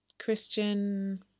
Christian